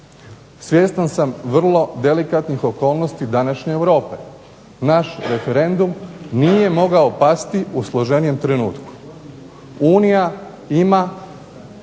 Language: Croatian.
svjestan sam vrlo delikatnih okolnosti današnje Europe. Naš referendum nije mogao pasti u složenijem trenutku. Unija ima